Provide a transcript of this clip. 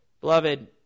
Beloved